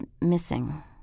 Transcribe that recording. missing